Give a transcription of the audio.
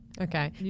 okay